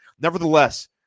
Nevertheless